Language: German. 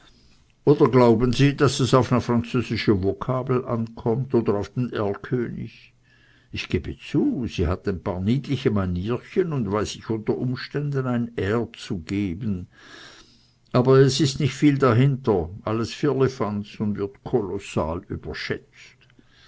oder glauben sie daß es auf ne französische vokabel ankommt oder auf den erlkönig ich gebe zu sie hat ein paar niedliche manierchen und weiß sich unter umständen ein air zu geben aber es ist nicht viel dahinter alles firlefanz und wird kolossal überschätzt